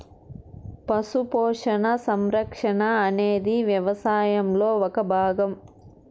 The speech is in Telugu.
పశు పోషణ, సంరక్షణ అనేది వ్యవసాయంలో ఒక భాగం